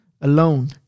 alone